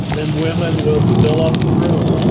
and women will fill up the room.